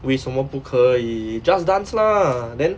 为什么不可以 just dance lah then